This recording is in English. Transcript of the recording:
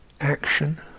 action